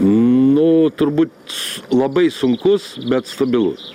nu turbūt labai sunkus bet stabilus